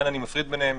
לכן אני מפריד ביניהם,